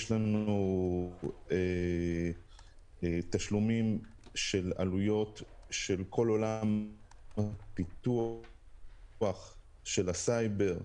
יש לנו תשלומים ועלויות של כל עולם הפיתוח של הסייבר,